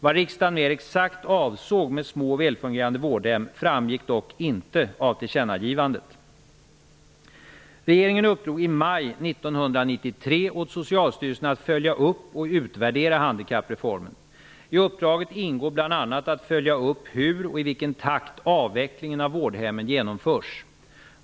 Vad riksdagen mer exakt avsåg med små och välfungerande vårdhem framgick dock inte av tillkännagivandet. Regeringen uppdrog i maj 1993 åt Socialstyrelsen att följa upp och utvärdera handikappreformen. I uppdraget ingår bl.a. att följa upp hur och i vilken takt avvecklingen av vårdhemmen genomförs.